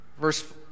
Verse